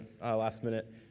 last-minute